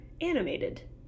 animated